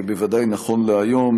בוודאי נכון להיום,